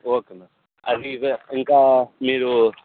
okay ma'am అవి ఇవి ఇంకా మీరు